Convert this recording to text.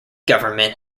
government